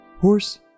Horse